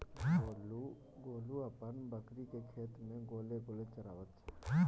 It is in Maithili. गोलू अपन बकरीकेँ खेत मे गोल गोल चराबैत छै